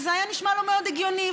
וזה נשמע לו מאוד הגיוני,